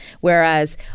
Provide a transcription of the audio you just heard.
whereas